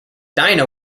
dina